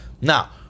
now